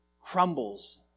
crumbles